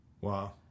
Wow